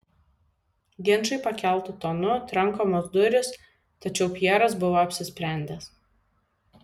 ginčai pakeltu tonu trankomos durys tačiau pjeras buvo apsisprendęs